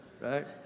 right